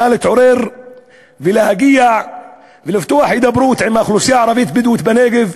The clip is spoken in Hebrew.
נא להתעורר ולהגיע ולפתוח בהידברות עם האוכלוסייה הערבית-בדואית בנגב.